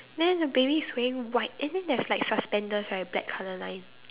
then the baby is wearing white and then there's like suspenders right black colour line